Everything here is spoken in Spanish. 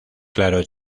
claro